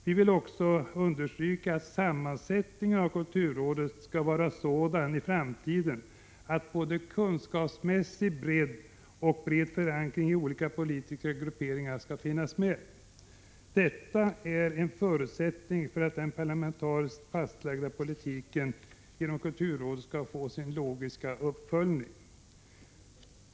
Vi vill också understryka att sammansättningen av kulturrådet skall vara sådan i framtiden att både kunskapsmässig bredd och bred förankring i olika politiska grupperingar finns med. Detta är en förutsättning för att den parlamentariskt fastlagda politiken genom kulturrådet skall få sin logiska uppföljning.